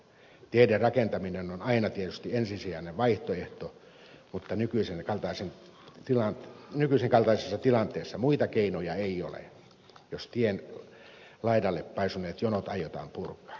teiden rakentaminen on aina tietysti ensisijainen vaihtoehto mutta nykyisen kaltaisessa tilanteessa muita keinoja ei ole jos tien laidalle paisuneet jonot aiotaan purkaa